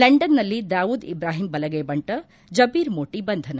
ಲಂಡನ್ನಲ್ಲಿ ದಾವೂದ್ ಇಬ್ರಾಹಿಂ ಬಲಗೈ ಬಂಟ ಜಬೀರ್ ಮೋಟಿ ಬಂಧನ